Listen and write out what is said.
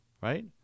right